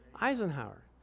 Eisenhower